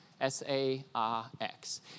s-a-r-x